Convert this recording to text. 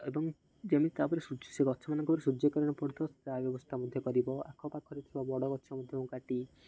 ଏବଂ ଯେମିତି ତା'ପରେ ସୂର୍ଯ୍ୟ ସେ ଗଛମାନଙ୍କଙ୍କୁ ସୂର୍ଯ୍ୟ କିରଣ ପଡ଼ୁଥିବ ତା ବ୍ୟବସ୍ଥା ମଧ୍ୟ କରିବ ଆଖ ପାଖରେ ଥିବା ବଡ଼ ଗଛ ମଧ୍ୟ କାଟି